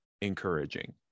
encouraging